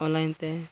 online